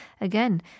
again